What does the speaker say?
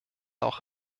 auch